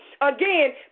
Again